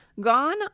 Gone